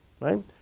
right